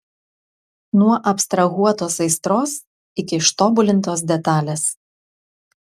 nuo abstrahuotos aistros iki ištobulintos detalės